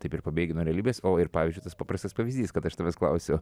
taip ir pabėgi nuo realybės o ir pavyzdžiui tas paprastas pavyzdys kad aš tavęs klausiu